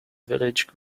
village